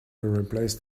replaced